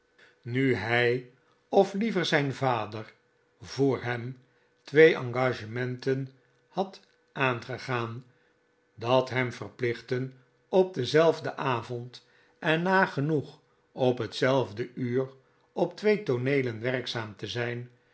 nu hij of liever zijn vader voor hem twee engagementen had aangegaan dat hem verplichtten op denzelfden avond en nagenoeg op hetzelfde uur op twee tooneelen werkzaam te zijn